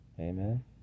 Amen